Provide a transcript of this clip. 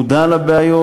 מודע לבעיות.